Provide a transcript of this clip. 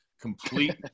complete